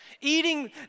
eating